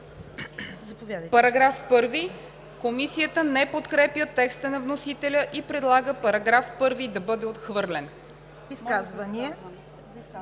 оттеглено. Комисията не подкрепя текста на вносителя и предлага § 4 да бъде отхвърлен.